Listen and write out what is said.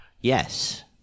Yes